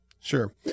sure